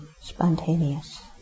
spontaneous